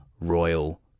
royal